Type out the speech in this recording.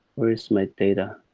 where is my data?